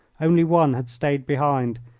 only one had stayed behind,